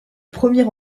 premier